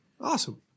Awesome